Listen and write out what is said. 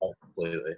Completely